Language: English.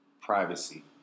privacy